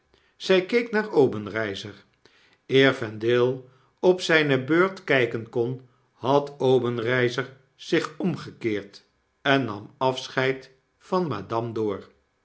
zy keek naar obenreizer eer vendale op zijne beurt kijken kon had obenreizer zieh omgekeerd en nam afscheid van madame dor